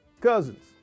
Cousins